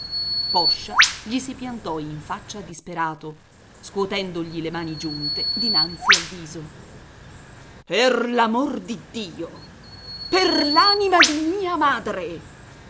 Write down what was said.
poscia gli si piantò in faccia disperato scuotendogli le mani giunte dinanzi al viso per l'amor di dio per l'anima di mia madre